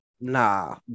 Nah